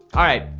alright,